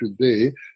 today